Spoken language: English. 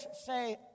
say